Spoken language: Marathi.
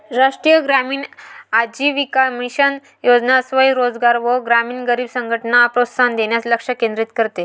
राष्ट्रीय ग्रामीण आजीविका मिशन योजना स्वयं रोजगार व ग्रामीण गरीब संघटनला प्रोत्साहन देण्यास लक्ष केंद्रित करते